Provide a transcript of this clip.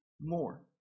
more